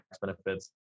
benefits